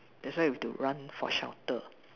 that's why we have to run for shelter